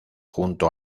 junto